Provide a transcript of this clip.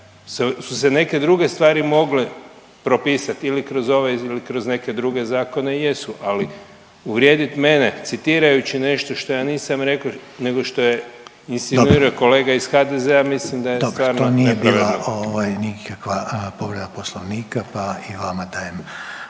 su se neke druge stvari mogle propisat ili kroz ovaj ili kroz neke druge zakone jesu, ali uvrijedit mene citirajući nešto što ja nisam rekao nego što je insinuirao …/Upadica Reiner: Dobro./… kolega iz HDZ-a mislim da je stvarno nepravedno. **Reiner, Željko (HDZ)** To nije bila nikakva povreda poslovnika pa i vama dajem